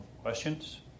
Questions